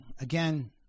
again